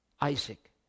Isaac